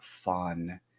fun